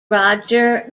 roger